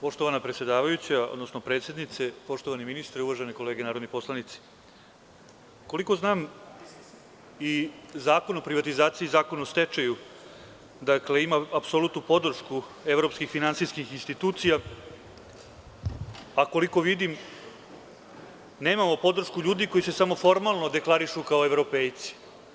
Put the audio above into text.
Poštovana predsedavajuća, odnosno predsednice, poštovani ministre, uvažene kolege narodni poslanici, koliko znam i zakon o privatizaciji i Zakon o stečaju, dakle ima apsolutnu podršku evropskih finansijskih institucija, a koliko vidim nemamo podršku ljudi koji se samo formalno deklarišu kao „evropejci“